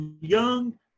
young